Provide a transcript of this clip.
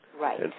Right